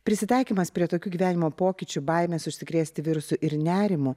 prisitaikymas prie tokių gyvenimo pokyčių baimės užsikrėsti virusu ir nerimu